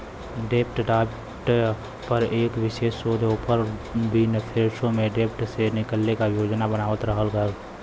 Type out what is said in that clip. डेब्ट डाइट पर एक विशेष शोध ओपर विनफ्रेशो में डेब्ट से निकले क योजना बतावल गयल रहल